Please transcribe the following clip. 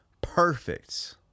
perfect